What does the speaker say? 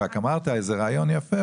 רק אמרת איזה רעיון יפה.